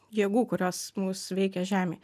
jėgų kurios mus veikia žemėj